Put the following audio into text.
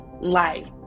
life